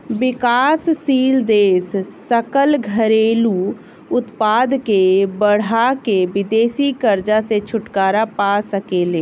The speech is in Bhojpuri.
विकासशील देश सकल घरेलू उत्पाद के बढ़ा के विदेशी कर्जा से छुटकारा पा सके ले